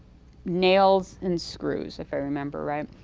nails and screws, if i remember right.